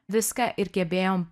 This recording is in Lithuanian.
viską ir gebėjom